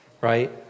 Right